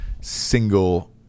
single